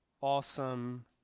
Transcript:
awesome